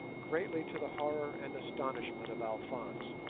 greatly to the horror and astonishment of alphonse,